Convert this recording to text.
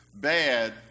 bad